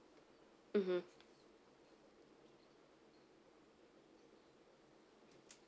mmhmm